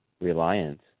reliance